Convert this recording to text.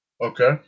Okay